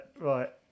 right